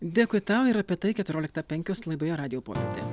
dėkui tau ir apie tai keturioliktą penkios laidoje radijo popietė